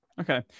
okay